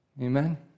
Amen